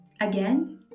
again